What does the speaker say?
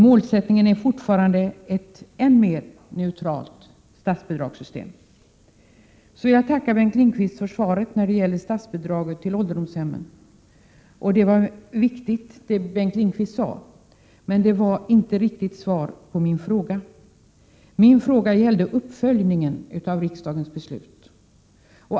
Målsättningen är fortfarande ett än mer neutralt statsbidragssystem. Därför tackar jag Bengt Lindqvist för svaret när det gäller statsbidraget till ålderdomshemmen. Det som Bengt Lindqvist sade var viktigt, men det var inte svar på min fråga. Min fråga gällde uppföljningen av riksdagens beslut.